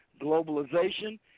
globalization